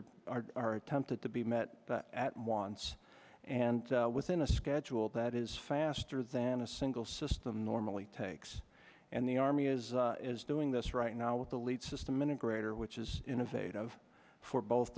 are are attempted to be met at once and within a schedule that is faster than a single system normally takes and the army is is doing this right now with the lead system integrator which is innovative for both